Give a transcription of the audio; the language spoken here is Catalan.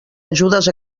ajudes